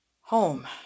Home